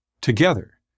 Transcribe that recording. Together